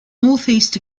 northeast